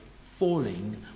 falling